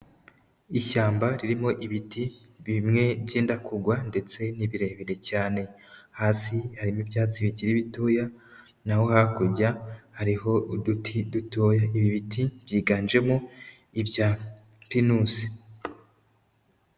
Ishyamba ririmo ibiti bimwe byenda kugwa ndetse n'ibirebire cyane, hasi harimo ibyatsi bikiri bitoya na ho hakurya hariho uduti dutoya, ibi biti byiganjemo ibya pinusi.